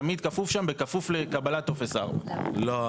תמיד כתוב שם בכפוף לקבלת טופס 4. לא,